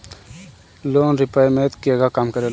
Loan repayment केगा काम करेला?